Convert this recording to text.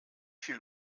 viel